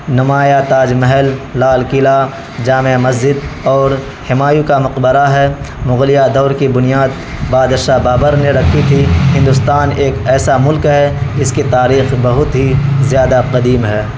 نمایاں تاج محل لال قلعہ جامع مسجد اور ہمایوں کا مقبرہ ہے مغلیہ دور کی بنیاد بادشاہ بابر نے رکھی تھی ہندوستان ایک ایسا ملک ہے جس کی تاریخ بہت ہی زیادہ قدیم ہے